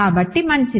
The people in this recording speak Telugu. కాబట్టి మంచిది